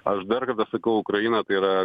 aš dar kartą sakau ukraina tai yra